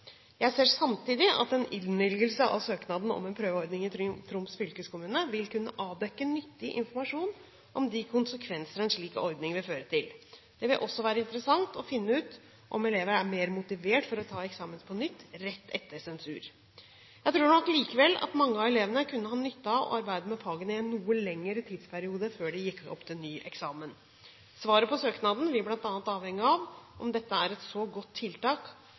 Jeg ser samtidig at en innvilgelse av søknaden om en prøveordning i Troms fylkeskommune vil kunne avdekke nyttig informasjon om de konsekvenser en slik ordning vil føre til. Det vil også være interessant å finne ut om elever er mer motivert for å ta eksamen på nytt rett etter sensur. Jeg tror nok likevel at mange av elevene kunne ha nytte av å arbeide med fagene i en noe lengre tidsperiode før de gikk opp til ny eksamen. Svaret på søknaden vil bl.a. avhenge av om dette er et så godt tiltak